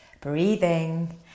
breathing